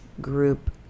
group